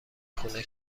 خونه